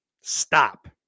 Stop